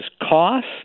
cost